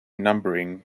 numbering